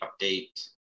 update